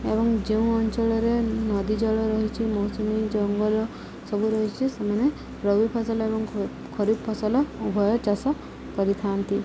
ଏବଂ ଯେଉଁ ଅଞ୍ଚଳରେ ନଦୀ ଜଳ ରହିଛିି ମୌସୁମୀ ଜଙ୍ଗଲ ସବୁ ରହିଛି ସେମାନେ ରବି ଫସଲ ଏବଂ ଖରିଫ ଫସଲ ଉଭୟ ଚାଷ କରିଥାନ୍ତି